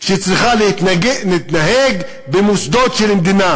שצריכה להתנהג במוסדות של מדינה,